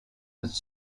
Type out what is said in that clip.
its